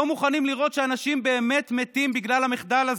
לא מוכנים לראות שאנשים באמת מתים בגלל המחדל הזה.